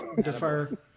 Defer